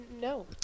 No